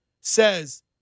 says